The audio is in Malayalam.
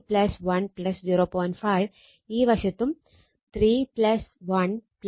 5 ഈ വശത്തും 3 1 0